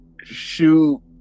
shoot